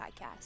Podcast